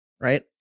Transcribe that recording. Right